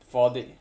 four day